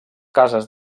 cases